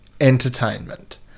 entertainment